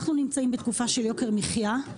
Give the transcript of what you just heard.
אנחנו נמצאים בתקופה של יוקר מחיה.